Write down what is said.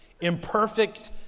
imperfect